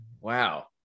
Wow